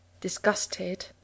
Disgusted